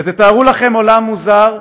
ותתארו לכם עולם מוזר,